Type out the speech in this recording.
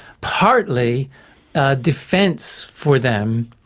partly defence for them,